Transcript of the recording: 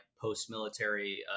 post-military